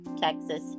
Texas